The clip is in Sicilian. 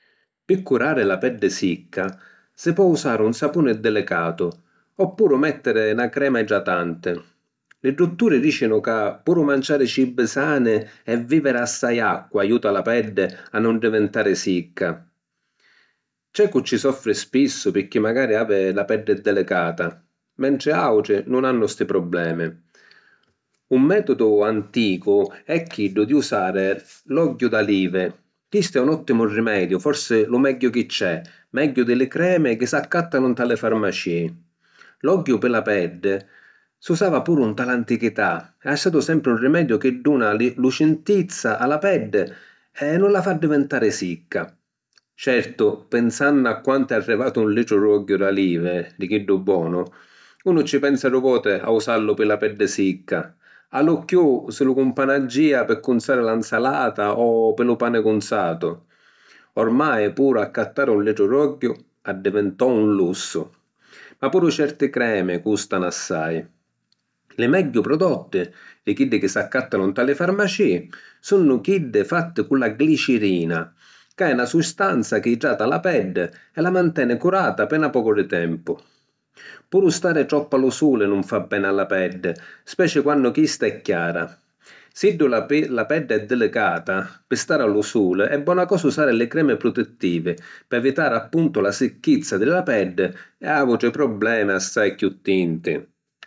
Pi curari la peddi sicca, si po usari un sapuni dilicatu oppuru mèttiri na crema idratanti. Li dutturi dìcinu ca puru manciari cibi sani e vìviri assai acqua aiuta la peddi a nun divintari sicca. C’è cu' ci soffri spissu, pirchì magari havi la peddi dilicata, mentri àutri nun hannu sti problemi. Un mètodu anticu è chiddu di usari l’ogghiu d’alivi, chistu è un òttimu rimediu, forsi lu megghiu chi c’è, megghiu di li cremi chi s’accàttanu nta li farmacìi. L’ogghiu pi la peddi si usava puru nta l’antichità e ha statu sempri un rimediu chi duna lucintizza a la peddi e nun la fa addivintari sicca. Certu, pinsannu a quantu è arrivatu un litru d’ogghiu d’alivi, di chiddu bonu, unu ci pensa du’ voti a usallu pi la peddi sicca, a lu chiù si lu cumpanaggìa pi cunzari la ‘nsalata o pi lu pani cunzatu. Ormai puru accattari un litru d’ogghiu addivintò un lussu. Ma puru certi cremi cùstanu assai. Li megghiu prodotti di chiddi chi s’accàttanu nta li farmacìi, sunnu chiddi fatti cu la glicirina, ca è na sustanza chi idrata la peddi e la manteni curata pi na pocu di tempu. Puru stari troppu a lu suli nun fa beni a la peddi, speci quannu chista è chiara. Siddu la pe... la peddi è dilicata, pi stari a lu suli è bona cosa usari li cremi prutittivi pi evitari appuntu la sicchizza di la peddi e àutri problemi assai chiù tinti.